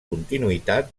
continuïtat